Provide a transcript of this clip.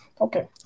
Okay